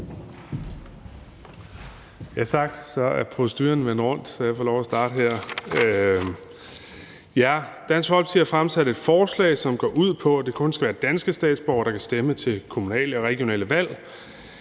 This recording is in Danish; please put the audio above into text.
Tak. Så er proceduren vendt rundt, så jeg får lov at starte her. Dansk Folkeparti har fremsat et forslag, som går ud på, at det kun skal være danske statsborgere, der kan stemme til kommunale og regionale valg.